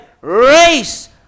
race